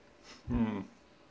hmm